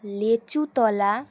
লিচুতলা